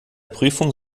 prüfung